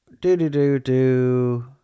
Do-do-do-do